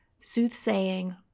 soothsaying